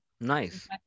Nice